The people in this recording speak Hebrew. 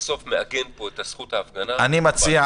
שבסוף מעגן פה את זכות ההפגנה --- חברים,